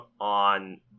on